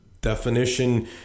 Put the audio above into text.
definition